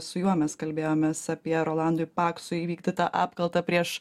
su juo mes kalbėjomės apie rolandui paksui įvykdytą apkaltą prieš